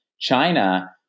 China